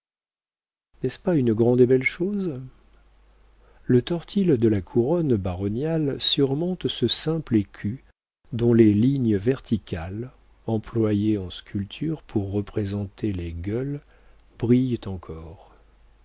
n'est-ce pas une grande et belle chose le tortil de la couronne baronniale surmonte ce simple écu dont les lignes verticales employées en sculpture pour représenter les gueules brillent encore